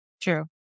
true